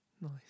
Nice